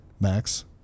Max